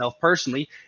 personally